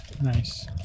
Nice